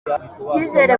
icyizere